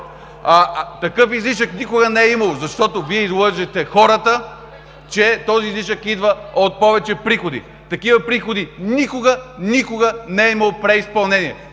такъв излишък никога не е имало, защото Вие лъжете хората, че този излишък идва от повече приходи. От такива приходи никога, никога не е имало преизпълнение.